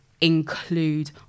include